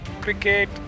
cricket